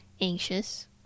anxious